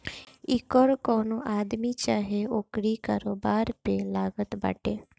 इ कर कवनो आदमी चाहे ओकरी कारोबार पे लागत बाटे